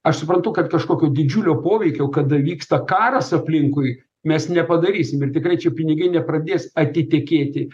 aš suprantu kad kažkokio didžiulio poveikio kada vyksta karas aplinkui mes nepadarysim ir tikrai čia pinigai nepradės atitekėti